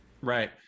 Right